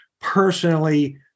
personally